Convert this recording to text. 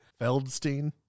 Feldstein